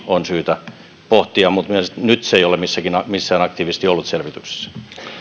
on myös syytä pohtia mutta nyt se ei ole missään aktiivisesti ollut selvityksessä